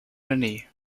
genie